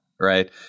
right